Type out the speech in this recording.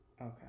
Okay